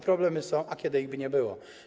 Problemy są, ale kiedy ich nie było?